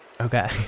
Okay